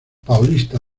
paulista